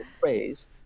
phrase